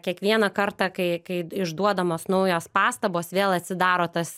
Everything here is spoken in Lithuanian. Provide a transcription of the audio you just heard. kiekvieną kartą kai kai išduodamos naujos pastabos vėl atsidaro tas